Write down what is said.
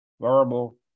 verbal